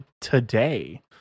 today